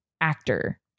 actor